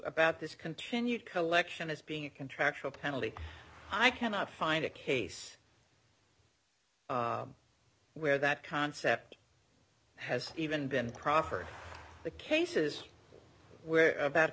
about this continued collection as being a contractual penalty i cannot find a case where that concept has even been proffered the cases where about